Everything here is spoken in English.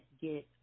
get